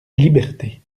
liberté